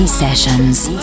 sessions